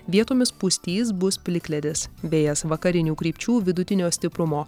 vietomis pustys bus plikledis vėjas vakarinių krypčių vidutinio stiprumo